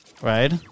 Right